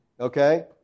Okay